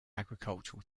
agricultural